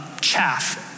chaff